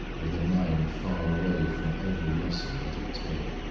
with a mind far away from every lesson that it taught.